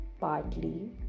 partly